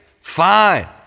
Fine